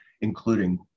including